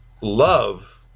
Love